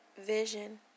vision